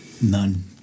None